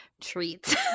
treat